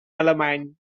alemany